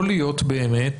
יכול להיות באמת